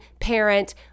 parent